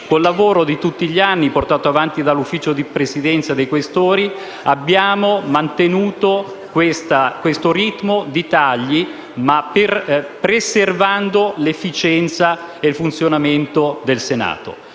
Con il lavoro di tutti gli anni, portato avanti dal Consiglio di Presidenza e dal Collegio dei senatori Questori, abbiamo mantenuto questo ritmo di tagli, ma preservando l'efficienza e il funzionamento del Senato.